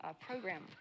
program